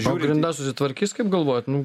o grinda susitvarkys kaip galvoti nu